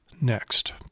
next